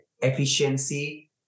efficiency